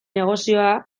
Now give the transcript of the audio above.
negozioa